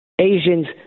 Asians